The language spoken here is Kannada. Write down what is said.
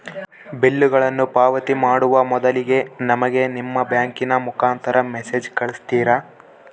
ಬಿಲ್ಲುಗಳನ್ನ ಪಾವತಿ ಮಾಡುವ ಮೊದಲಿಗೆ ನಮಗೆ ನಿಮ್ಮ ಬ್ಯಾಂಕಿನ ಮುಖಾಂತರ ಮೆಸೇಜ್ ಕಳಿಸ್ತಿರಾ?